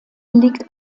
liegt